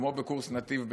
כמו בקורס נתיב בצה"ל,